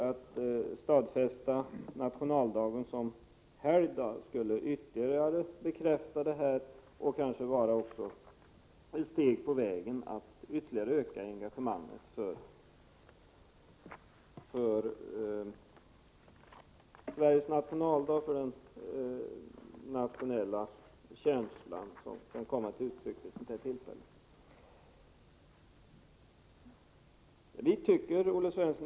Att stadfästa nationaldagen som helgdag skulle ytterligare bekräfta detta, menar vi, och kanske också vara ett steg på vägen att ytterligare öka engagemanget för Sveriges nationaldag och för den nationella känsla som kan komma till uttryck vid ett sådant tillfälle.